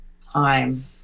time